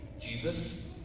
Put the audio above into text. Jesus